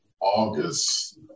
August